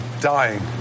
dying